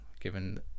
given